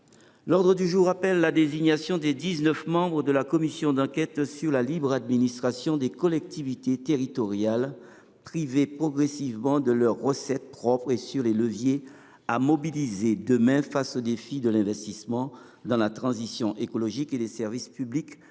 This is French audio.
L’ordre du jour appelle la désignation des dix neuf membres de la commission d’enquête sur la libre administration des collectivités territoriales, privées progressivement de leurs recettes propres, et sur les leviers à mobiliser demain face aux défis de l’investissement dans la transition écologique et les services publics